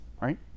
right